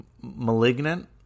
Malignant